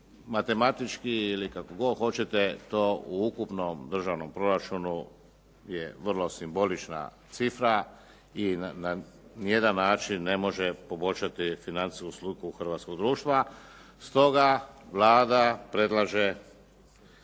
matematički ili kako god hoćete to u ukupnom državnom proračunu je vrlo simbolična cifra i na nijedan način ne može poboljšati financijsku sliku hrvatskog društva. Stoga Vlada predlaže